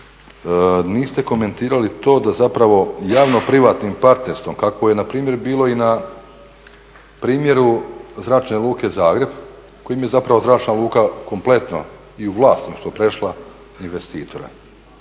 niste komentirali to da zapravo javno-privatnim partnerstvom kakvo je bilo npr. i na primjeru Zračne luke Zagreb kojim je zapravo zračna luka kompletno i u vlasništvo prešla investitora.